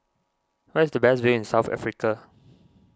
where is the best view in South Africa